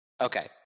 okay